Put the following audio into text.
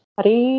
Hari